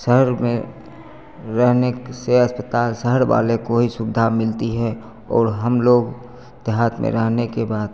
शहर में रहने से अस्पताल शहर वाले को ही सुविधा मिलती है और हम लोग देहात में रहने के बाद